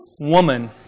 Woman